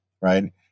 right